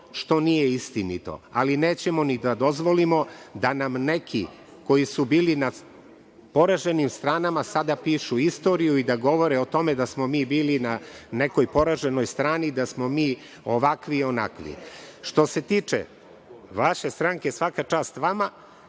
što nije istinito, ali nećemo ni da dozvolimo da nam neki koji su bili na poraženim stranama sada pišu istoriju i da govore o tome da smo mi bili na nekoj poraženoj strani, da smo mi ovakvi i onakvi. Što se tiče vaše stranke, svaka čast vama